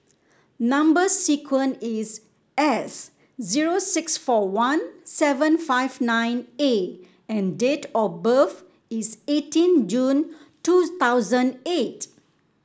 number sequence is S zero six four one seven five nine A and date of birth is eighteen June two thousand eight